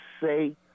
say